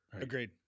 Agreed